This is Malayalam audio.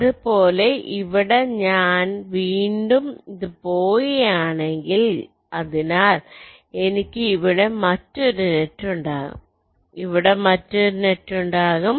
അതുപോലെ ഇവിടെ ഞാൻ വീണ്ടും ഇവിടെ പോകുകയാണെങ്കിൽ അതിനാൽ എനിക്ക് ഇവിടെ മറ്റൊരുനെറ്റ് ഉണ്ടാകും ഇവിടെ മറ്റൊരു നെറ്റ് ഉണ്ടാകും